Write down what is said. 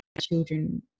children